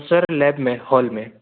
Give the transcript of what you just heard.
sir lab में hall में